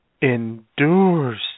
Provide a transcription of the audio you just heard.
endures